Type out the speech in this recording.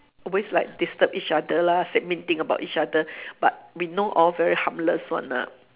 always like disturb each other lah say mean thing about each other but we know all very harmless one lah